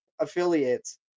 affiliates